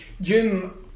Jim